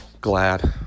glad